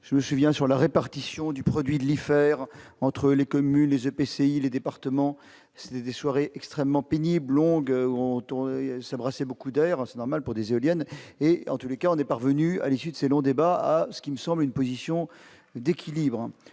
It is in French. je me souviens, sur la répartition du produit, de les faire entre les communes, les EPCI, les départements, c'était des soirées extrêmement pénible, longue autoroute ça brasser beaucoup d'air assez normal pour des éoliennes et en tous les cas, on est parvenu à l'issue de ces longs débats, ce qui ne semble une position d'équilibre